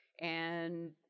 and-